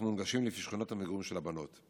מונגשים לפי שכונות המגורים של הבנות.